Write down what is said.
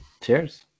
Cheers